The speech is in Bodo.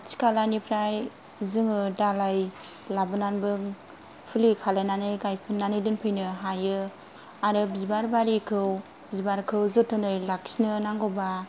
खाथि खालानिफ्राय जोङो दालाइ लाबोनानैबो फुलि खालामनानै गायफैनानै दोनफैनो हायो आरो बिबार बारिखौ बिबारखौ जोथोन लाखिनो नांगौब्ला